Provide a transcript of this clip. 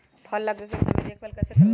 फल लगे के समय देखभाल कैसे करवाई?